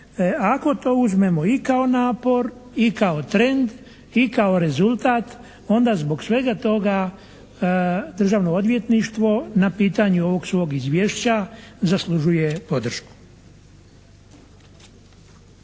ako to uzmemo i kao napor i kao trend i kao rezultat onda zbog svega toga Državno odvjetništvo na pitanje ovog svog izvješća zaslužuje podršku.